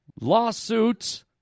Lawsuits